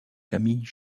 camille